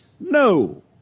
No